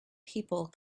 people